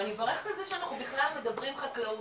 ואני מברכת על זה שאנחנו בכלל מדברים חקלאות.